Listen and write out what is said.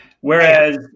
Whereas